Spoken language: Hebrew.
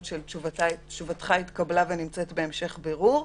של "תשובתך התקבלה ונמצאת בהמשך בירור",